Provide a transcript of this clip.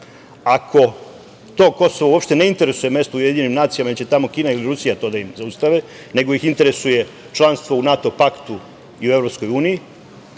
ako to Kosovo uopšte ne interesuje mesto u UN, jer će tamo Kina i Rusija to da im zaustave, nego ih interesuje članstvo u NATO paktu i EU